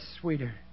sweeter